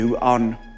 on